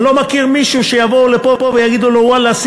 אני לא מכיר מישהו שיבואו לפה ויגידו לו: ואללה,